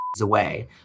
away